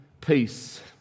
peace